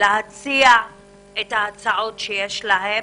להציע את ההצעות שיש להם,